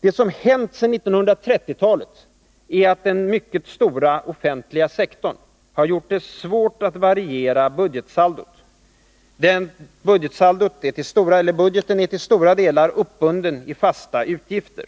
Det som hänt sedan 1930-talet är att den mycket stora offentliga sektorn har gjort det svårt att variera budgetsaldot. Budgeten är till stora delar uppbunden i fasta utgifter.